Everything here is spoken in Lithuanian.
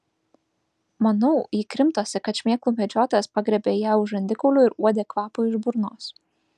manau ji krimtosi kad šmėklų medžiotojas pagriebė ją už žandikaulio ir uodė kvapą iš burnos